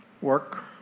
work